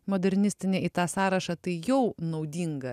modernistinė į tą sąrašą tai jau naudinga